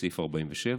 סעיף 47: